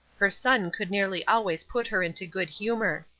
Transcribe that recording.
her son could nearly always put her into good humor.